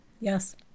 Yes